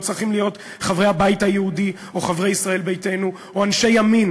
לא צריכים להיות חברי הבית היהודי או חברי ישראל ביתנו או אנשי ימין,